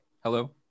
hello